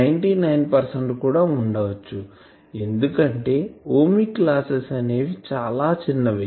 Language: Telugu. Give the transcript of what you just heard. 99 కూడా ఉండొచ్చు ఎందుకంటే ఒమిక్ లాసెస్ అనేవి చాలా చిన్నవి